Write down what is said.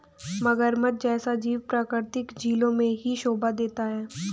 मगरमच्छ जैसा जीव प्राकृतिक झीलों में ही शोभा देता है